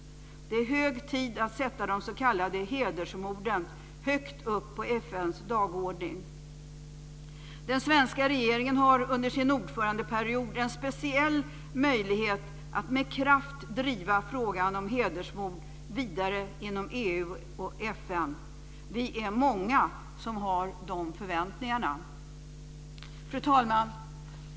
Det är hög tid att sätta de s.k. hedersmorden högt upp på FN:s dagordning. Den svenska regeringen har under sin ordförandeperiod en speciell möjlighet att med kraft driva frågan om hedersmord vidare genom EU och FN. Vi är många som har de förväntningarna. Fru talman!